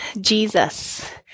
Jesus